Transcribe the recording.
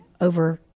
over